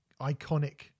iconic